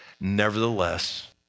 Nevertheless